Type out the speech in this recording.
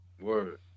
Word